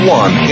one